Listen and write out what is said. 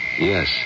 Yes